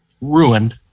ruined